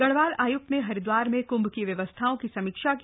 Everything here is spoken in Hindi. गढ़वाल आय्क्त ने हरिद्वार में कृंभ की व्यवस्थाओं की समीक्षा की